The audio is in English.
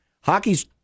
Hockey's